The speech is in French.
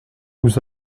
nous